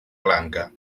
lanka